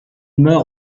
meurt